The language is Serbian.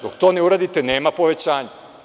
Dok to ne uradite nema povećanja.